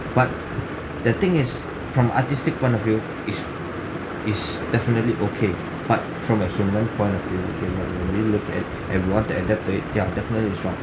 but the thing is from artistic point of view it's it's definitely okay but from a human point of view when we look at and want to adapt to it ya definitely it's wrong